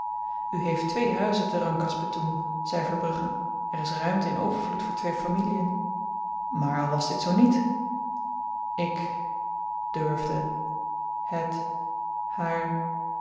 u heeft twee huizen te rangkas betoeng zei verbrugge er is ruimte in overvloed voor twee familien maar al was dit zoo niet ik durfde het haar